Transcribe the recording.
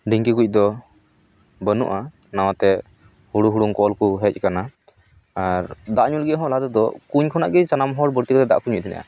ᱰᱷᱤᱝᱠᱤ ᱠᱚᱫᱚ ᱵᱟᱹᱱᱩᱜᱼᱟ ᱱᱟᱣᱟ ᱛᱮ ᱦᱩᱲᱩ ᱦᱩᱲᱩᱝ ᱠᱚᱞ ᱠᱚ ᱦᱮᱡ ᱟᱠᱟᱱᱟ ᱫᱟᱜ ᱧᱩ ᱞᱟᱹᱜᱤᱫ ᱦᱚᱸ ᱞᱟᱦᱟ ᱛᱮᱫᱚ ᱠᱩᱧ ᱠᱷᱚᱱᱟᱜ ᱜᱮ ᱥᱟᱱᱟᱢ ᱦᱚᱲ ᱵᱟᱹᱲᱛᱤ ᱠᱟᱛᱮ ᱫᱟᱜ ᱠᱚ ᱧᱩᱭᱮᱫ ᱛᱟᱦᱮᱱᱟ